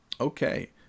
Okay